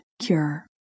cure